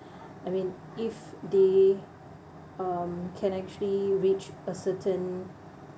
I mean if they um can actually reach a certain